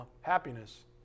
happiness